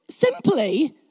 Simply